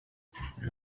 hari